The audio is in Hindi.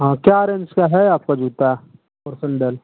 हाँ क्या रेंज का है आपका जूता और सेन्डल